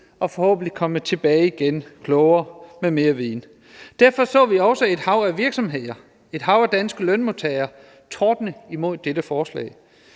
og forhåbentlig komme tilbage igen klogere og med mere viden. Derfor så vi også et hav af virksomheder, et hav af danske lønmodtagere tordne imod dette forslag.